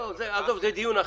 לא, עזוב, זה דיון אחר.